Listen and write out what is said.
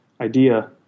idea